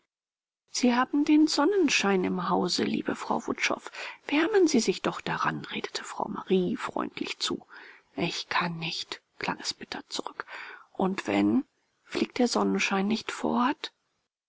sie haben den sonnenschein im hause liebe frau wutschow wärmen sie sich doch daran redete frau marie freundlich zu ich kann nicht klang es bitter zurück und wenn fliegt der sonnenschein nicht fort